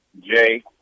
Jay